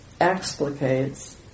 explicates